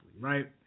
right